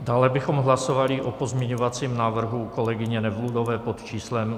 Dále bychom hlasovali o pozměňovacím návrhu kolegyně Nevludové pod číslem 6740.